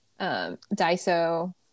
Daiso